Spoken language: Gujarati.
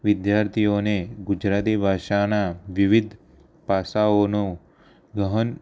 વિદ્યાર્થીઓને ગુજરાતી ભાષાનાં વિવિધ પાસાઓનો ગહન